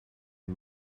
een